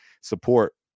support